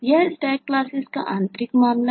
यह Stack classes का एक आंतरिक मामला है